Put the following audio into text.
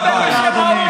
לסבך אותך לדבר בשם האו"ם,